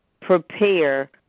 prepare